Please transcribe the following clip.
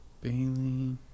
Bailey